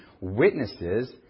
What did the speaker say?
witnesses